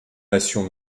nations